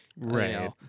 Right